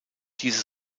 diese